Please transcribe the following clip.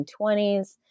1920s